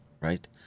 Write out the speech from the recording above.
right